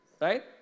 right